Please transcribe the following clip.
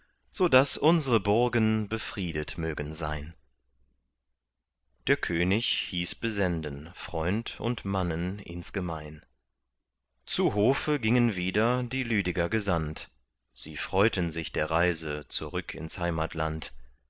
so daß unsre burgen befriedet mögen sein der könig hieß besenden freund und mannen insgemein zu hofe gingen wieder die lüdeger gesandt sie freuten sich der reise zurück ins heimatland